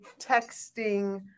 texting